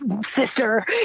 sister